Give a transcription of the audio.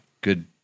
good